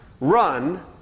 Run